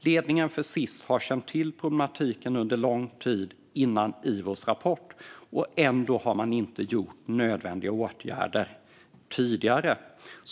Ledningen för Sis har känt till problematiken under lång tid - sedan före Ivos rapport - men har ändå inte vidtagit nödvändiga åtgärder tidigare.